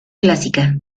clásica